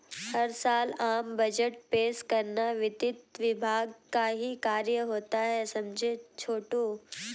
हर साल आम बजट पेश करना वित्त विभाग का ही कार्य होता है समझे छोटू